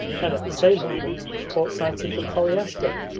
and at the same moment caught sight of the koliaska,